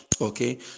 okay